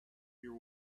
your